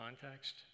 context